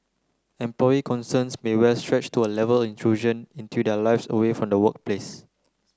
employee concerns may well stretch to A Level intrusion into their lives away from the workplace